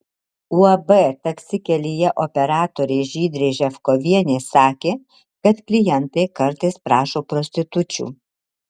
uab taksi kelyje operatorė žydrė ževkovienė sakė kad klientai kartais prašo prostitučių